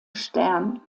stern